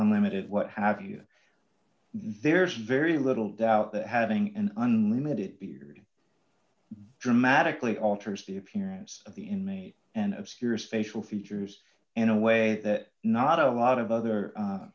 unlimited what have you there's very little doubt that having an unlimited beard dramatically alters the appearance of the inmate and obscures facial features in a way that not alot of other